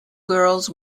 girls